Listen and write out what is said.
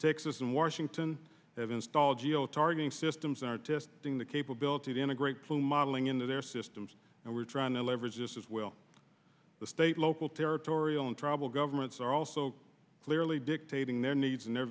us in washington have installed geo targeting systems are testing the capability to integrate through modeling into their systems and we're trying to leverage just as will the state local territorial and tribal governments are also clearly dictating their needs and their